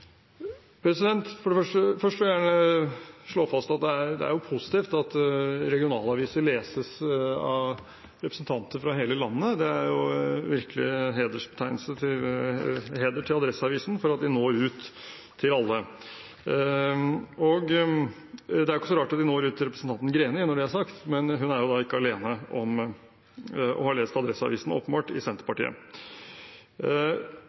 Først vil jeg gjerne slå fast at det er positivt at regionaviser leses av representanter fra hele landet. Det er virkelig heder til Adresseavisen for at de når ut til alle. Når det er sagt, er det ikke så rart at den når ut til representanten Greni, men hun er åpenbart ikke alene i Senterpartiet om å ha lest Adresseavisen. Som jeg har vist til i